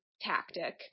tactic